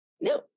No